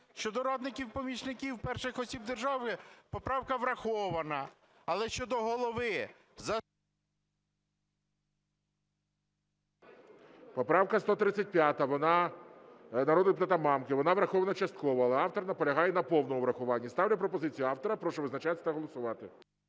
Щодо радників, помічників перших осіб держави поправка врахована, але щодо голови... ГОЛОВУЮЧИЙ. Поправка 135 народного депутата Мамки, вона врахована частково, але автор наполягає на повному врахуванні. Ставлю пропозицію автора. Прошу визначатися та голосувати.